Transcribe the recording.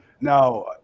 Now